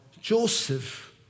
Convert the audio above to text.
Joseph